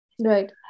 right